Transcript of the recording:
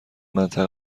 منطقه